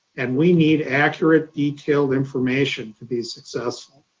and we need accurate detailed information to be successful.